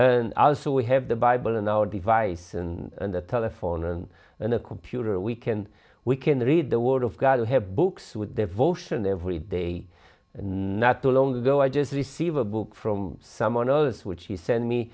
and also we have the bible and our device and the telephone and in a computer we can we can read the word of god and have books with devotion every day and not too long ago i just receive a book from someone else which he sent me